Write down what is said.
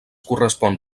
correspon